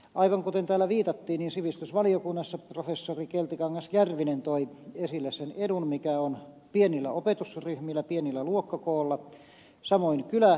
aivan kuten täällä viitattiin niin sivistysvaliokunnassa professori keltikangas järvinen toi esille sen edun mikä on pienillä opetusryhmillä pienillä luokkakoolla samoin kylä ja lähikouluilla